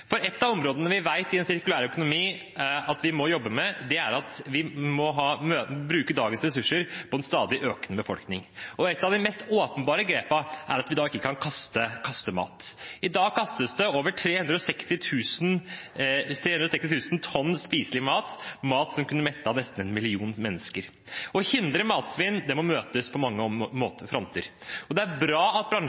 Et av områdene vi vet vi må jobbe med, er at vi må bruke dagens ressurser på en stadig økende befolkning. Et av de mest åpenbare grepene er at vi ikke kan kaste mat. I dag kastes det over 360 000 tonn spiselig mat – mat som kunne mettet nesten en million mennesker. Å hindre matsvinn må møtes på mange fronter. Det er bra at bransjen selv tar grep. Alle grep som tas, er det all grunn til å heie på. Likevel mener vi det er